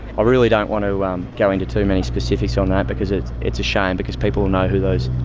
really don't want to um go into too many specifics on that because it's it's a shame, because people will know who those,